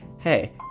hey